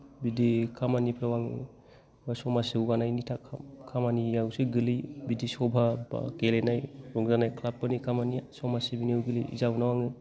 बिदि खामानिफ्राव आङो बा समाज जौगानायनि थाखाय खामानियावसो गोलै बिदि सभा बा गेलेनाय रंजानाय क्लाब फोरनि खामानिया समाज सिबिनायाव गोलैयो जाउनाव आङो